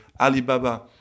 Alibaba